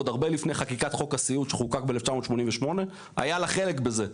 עוד הרבה לפני חקיקת חוק הסיעוד שחוקק ב-1988 היה לה חלק בזה.